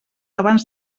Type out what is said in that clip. abans